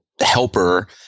helper